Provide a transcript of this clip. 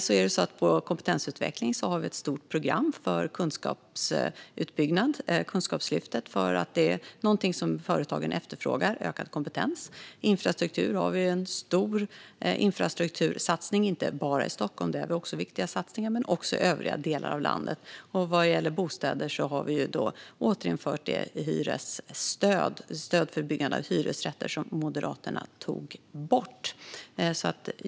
När det gäller kompetensutveckling har vi ett stort program för kunskapsutbyggnad, Kunskapslyftet, eftersom ökad kompetens är något som företagen efterfrågar. När det gäller infrastruktur har vi en stor infrastruktursatsning inte bara i Stockholm, där det är viktiga satsningar, utan också i övriga delar av landet. Vad gäller bostäder har vi återinfört det stöd för byggande av hyresrätter som Moderaterna tog bort.